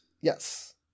Yes